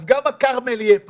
אז גם הכרמל יהיה פתוח.